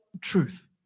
truth